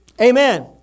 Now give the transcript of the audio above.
Amen